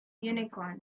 unicorn